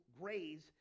graze